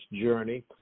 journey